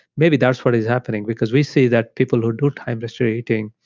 maybe that is what is happening because we see that, people who do time-restricted eating,